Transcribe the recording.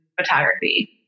photography